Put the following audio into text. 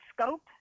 scope